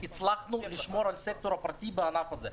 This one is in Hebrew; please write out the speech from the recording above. הצלחנו לשמור על הסקטור הפרטי בענף הזה.